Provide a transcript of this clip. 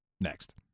next